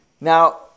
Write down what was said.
Now